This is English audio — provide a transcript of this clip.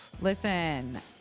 Listen